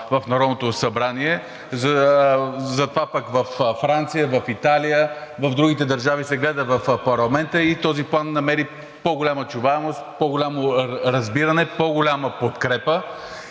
в Народното събрание, затова пък във Франция, в Италия, в другите държави се гледа в парламента и този план намери по-голяма чуваемост, по-голямо разбиране, по голяма подкрепа